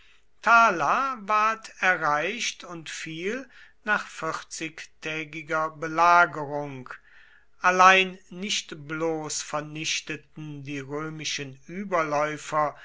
erreicht und fiel nach vierzigtägiger belagerung allein nicht bloß vernichteten die römischen überläufer